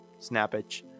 snappage